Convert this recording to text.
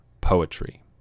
Poetry